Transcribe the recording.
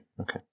okay